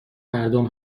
مردم